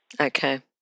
Okay